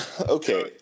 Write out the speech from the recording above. Okay